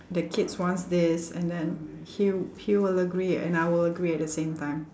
the kids wants this and then he he will agree and I will agree at the same time